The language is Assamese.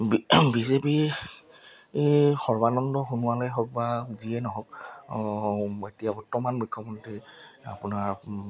B B J P Sarbananda সোণোৱালেই হওক বা যিয়েই নহওক এতিয়া বৰ্তমান মুখ্যমন্ত্ৰী আপোনাৰ